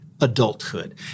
adulthood